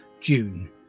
June